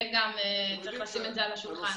גם את זה צריך לשים על השולחן.